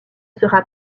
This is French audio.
sera